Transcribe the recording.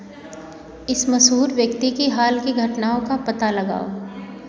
इस मशहूर व्यक्ति की हाल की घटनाओं का पता लगाओ